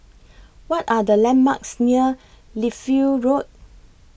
What Are The landmarks near Lichfield Road